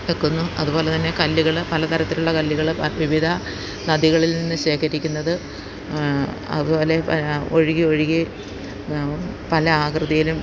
വെക്കുന്നു അതുപോലെ തന്നെ കല്ലുകൾ പലതരത്തിലുള്ള കല്ലുകൾ വിവിധ നദികളിൽ നിന്ന് ശേഖരിക്കുന്നത് അതുപോലെ ഒഴുകി ഒഴുകി പല ആകൃതിയിലും